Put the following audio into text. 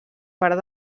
part